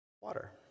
Water